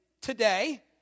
today